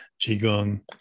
qigong